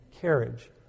carriage